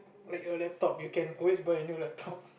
like a laptop you can always buy a new laptop